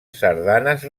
sardanes